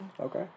Okay